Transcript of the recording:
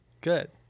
good